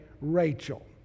Rachel